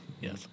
Yes